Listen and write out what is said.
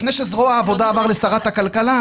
לפני "שזרוע העבודה" עבר לשרת הכלכלה,